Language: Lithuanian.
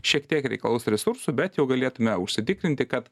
šiek tiek reikalaus resursų bet jau galėtume užsitikrinti kad